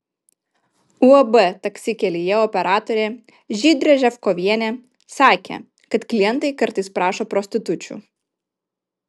uab taksi kelyje operatorė žydrė ževkovienė sakė kad klientai kartais prašo prostitučių